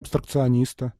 абстракциониста